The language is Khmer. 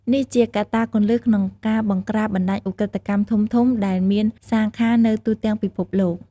នេះជាកត្តាគន្លឹះក្នុងការបង្ក្រាបបណ្តាញឧក្រិដ្ឋកម្មធំៗ ដែលមានសាខានៅទូទាំងពិភពលោក។